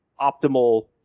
optimal